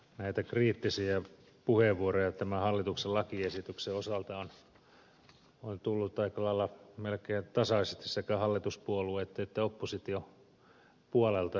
näitä kriittisiä puheenvuoroja tämän hallituksen lakiesityksen osalta on tullut aika lailla melkein tasaisesti sekä hallituspuolueitten että opposition puolelta